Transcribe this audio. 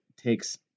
takes